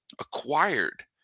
acquired